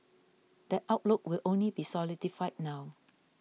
that outlook will only be solidified now